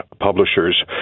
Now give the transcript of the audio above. publishers